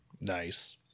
Nice